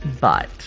But